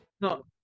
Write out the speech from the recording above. no